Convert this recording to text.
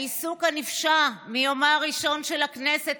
העיסוק הנפשע מיומה הראשון של הכנסת